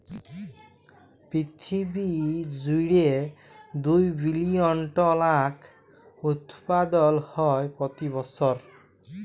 পিরথিবী জুইড়ে দু বিলিয়ল টল আঁখ উৎপাদল হ্যয় প্রতি বসর